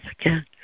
again